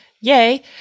Yay